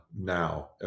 now